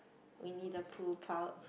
Winnie-the-Pooh pouc~